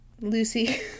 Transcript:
lucy